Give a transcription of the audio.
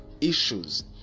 issues